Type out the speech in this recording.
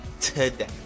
today